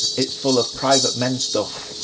it's full of private men's stuff